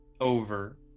over